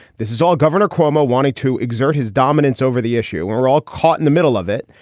this is all governor cuomo wanting to exert his dominance over the issue are all caught in the middle of it.